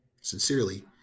Sincerely